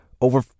over